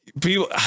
people